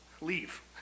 Leave